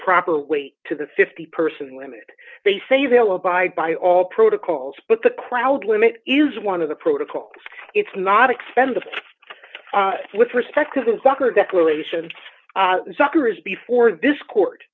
proper weight to the fifty person limit they say they'll abide by all protocols but the crowd limit is one of the protocol it's not expensive with respect to the soccer declaration soccer is before this court